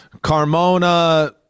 Carmona